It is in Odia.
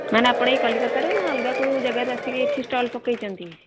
ମାନେ ଆପଣ ଏହି କଲିକତାରୁ ନା ଅଲଗା କେଉଁ ଜାଗାରୁ ଆସିକି ଏଇଠି ଷ୍ଟଲ୍ ପକାଇଛନ୍ତି